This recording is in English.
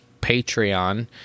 Patreon